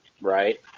right